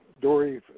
Dory